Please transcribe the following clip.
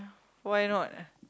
why not